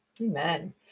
Amen